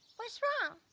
what's wrong?